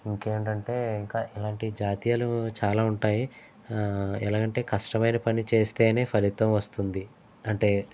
ఇంకా ఏంటంటే ఇంకా ఇలాంటి జాతీయాలు చాలా ఉంటాయి ఎలాగంటే కష్టమైన పని చేస్తేనే ఫలితం వస్తుంది అంటే